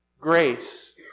grace